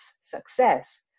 success